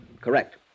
Correct